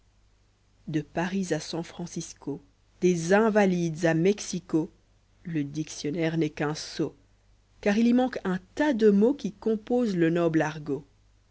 de paris à san-francisco des invalides à mexico le dictionnaire n'est qu'un sot car il y manque un tas de mots qui composent le noble argot